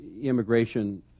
immigration